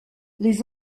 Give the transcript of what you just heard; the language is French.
les